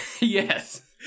Yes